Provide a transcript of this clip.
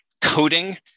coding